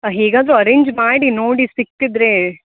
ಹೇಗಾದರು arrange ಮಾಡಿ ನೋಡಿ ಸಿಕ್ಕಿದ್ರೇ